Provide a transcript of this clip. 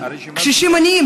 קשישים עניים,